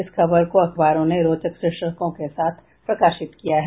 इस खबर को अखबारों ने रोचक शीर्षकों के साथ प्रकाशित किया है